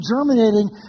germinating